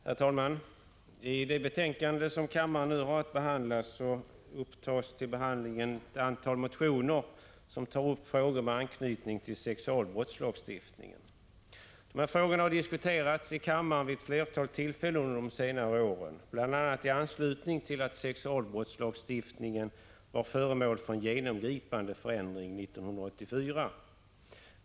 Herr talman! I det betänkande som kammaren nu har att behandla upptas ett antal motioner som rör frågor med anknytning till sexualbrottslagstiftningen. De frågorna har diskuterats i kammaren vid ett flertal tillfällen under de senare åren, bl.a. i anslutning till att sexualbrottslagstiftningen var föremål för en genomgripande förändring 1984.